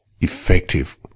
effective